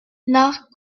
nach